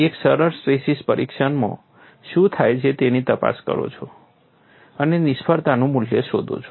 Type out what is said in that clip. અને એક સરળ સ્ટ્રેસીસ પરીક્ષણમાં શું થાય છે તેની તપાસ કરો અને નિષ્ફળતાનું મૂલ્ય શોધો